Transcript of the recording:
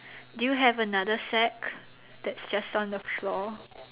do you have another sack that's just on the floor